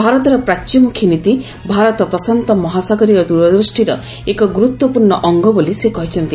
ଭାରତର ପ୍ରାଚ୍ୟମୁଖୀ ନୀତି ଭାରତ ପ୍ରଶାନ୍ତ ମହାସାଗରୀୟ ଦୂରଦୂଷ୍ଟିର ଏକ ଗୁରୁତ୍ୱପୂର୍ଣ୍ଣ ଅଙ୍ଗ ବୋଲି ସେ କହିଛନ୍ତି